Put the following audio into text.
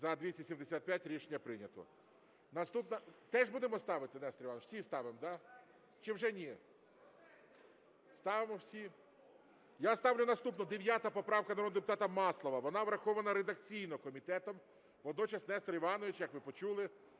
За-275 Рішення прийнято. Наступна… Теж будемо ставити, Нестор Іванович? Всі ставимо, да? Чи вже ні? Ставимо всі. Я ставлю наступну, 9 поправка народного депутата Маслова. Вона врахована редакційно комітетом, водночас Нестор Іванович, як ви почули,